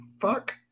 fuck